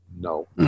No